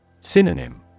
Synonym